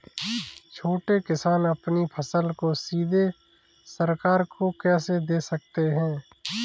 छोटे किसान अपनी फसल को सीधे सरकार को कैसे दे सकते हैं?